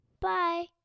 Bye